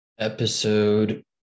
Episode